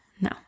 no